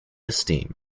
esteem